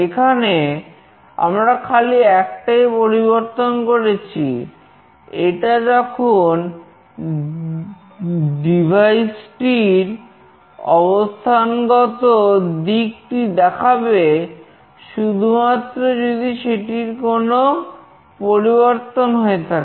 এখানে আমরা খালি একটাই পরিবর্তন করেছি এটা তখনই ডিভাইসটির অবস্থানগত দিকটি দেখাবে শুধুমাত্র যদি সেটির কোন পরিবর্তন হয়ে থাকে